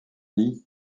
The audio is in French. lit